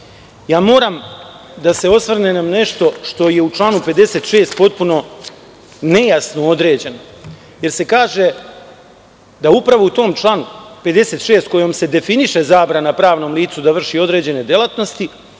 nije. Moram da se osvrnem na nešto što je u članu 56. potpuno nejasno određeno, jer se kaže da upravo u tom članu 56, kojim se definiše zabrana pravnom licu da vrši određene delatnosti,